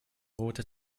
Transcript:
order